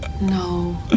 no